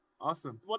Awesome